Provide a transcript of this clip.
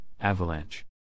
Avalanche